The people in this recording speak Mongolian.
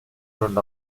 өрөөнд